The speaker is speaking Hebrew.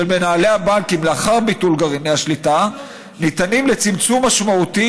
של מנהלי הבנקים לאחר ביטול גרעיני השליטה ניתנים לצמצום משמעותי